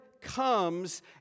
comes